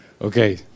Okay